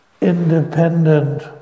independent